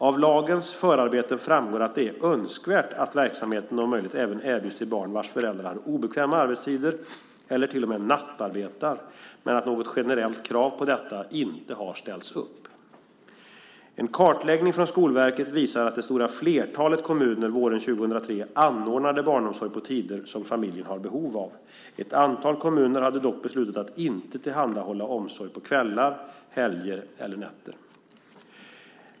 Av lagens förarbeten framgår att det är önskvärt att verksamheten om möjligt även erbjuds till barn vars föräldrar har obekväma arbetstider eller till och med nattarbetar, men att något generellt krav på detta inte har ställts upp. En kartläggning från Skolverket visar att det stora flertalet kommuner våren 2003 anordnade barnomsorg på tider som familjen har behov av. Ett antal kommuner hade dock beslutat att inte tillhandahålla omsorg på kvällar, helger eller nätter.